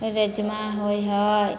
राजमा होइ हइ